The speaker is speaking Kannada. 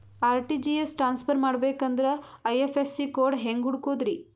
ಆರ್.ಟಿ.ಜಿ.ಎಸ್ ಟ್ರಾನ್ಸ್ಫರ್ ಮಾಡಬೇಕೆಂದರೆ ಐ.ಎಫ್.ಎಸ್.ಸಿ ಕೋಡ್ ಹೆಂಗ್ ಹುಡುಕೋದ್ರಿ?